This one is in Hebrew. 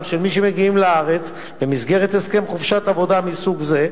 של מי שמגיעים לארץ במסגרת הסכם חופשת עבודה מסוג זה,